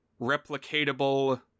replicatable